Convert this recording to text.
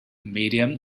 medium